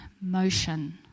motion